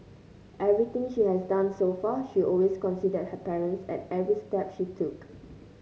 everything she has done so far she always considered her parents at every step she took